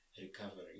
recovery